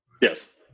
Yes